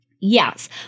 Yes